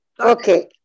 Okay